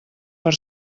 per